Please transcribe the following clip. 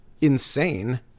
insane